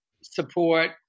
support